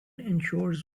ensures